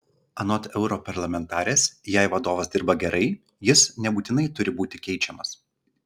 anot europarlamentarės jei vadovas dirba gerai jis nebūtinai turi būti keičiamas